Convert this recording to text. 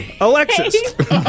Alexis